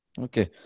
Okay